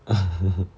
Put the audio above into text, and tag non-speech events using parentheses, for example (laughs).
(laughs)